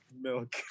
Milk